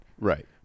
Right